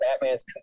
Batman's